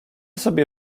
sobie